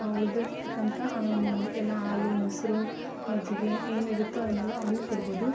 ಆ ಉಳಿದಿರ್ತಕ್ಕಂತ ಎಲ್ಲ ಹಾಲು ಮೊಸರು ಮಜ್ಜಿಗೆ ಏನಿರುತ್ತೋ ಅದನ್ನೆಲ್ಲ ಅವ್ರಿಗೆ ಕೊಡ್ಬೋದು